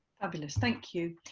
fabulous, thank you.